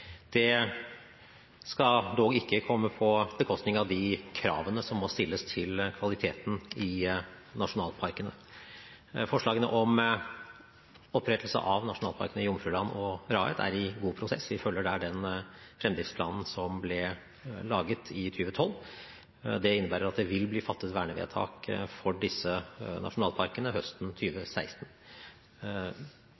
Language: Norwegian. Det skal dog ikke gå på bekostning av de kravene som må stilles til kvaliteten i nasjonalparkene. Forslagene om opprettelse av nasjonalparkene i Jomfruland og Raet er i god prosess. Vi følger der den fremdriftsplanen som ble laget i 2012. Det innebærer at det vil bli fattet vernevedtak for disse nasjonalparkene høsten